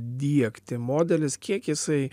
diegti modelis kiek jisai